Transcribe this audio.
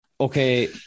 okay